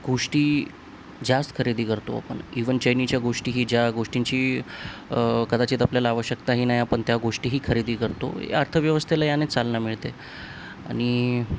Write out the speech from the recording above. गोष्टी जास्त खरेदी करतो आपण इवन चैनीच्या गोष्टी ही ज्या गोष्टींची कदाचित आपल्याला आवश्यकता ह नाही आपण त्या गोष्टी ही खरेदी करतो अर्थव्यवस्थेला यानेच चालना मिळते आणि